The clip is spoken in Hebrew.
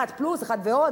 אחד "פלוס", אחד "ועוד".